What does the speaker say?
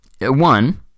one